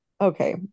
okay